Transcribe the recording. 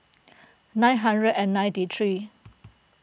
nine hundred and ninety three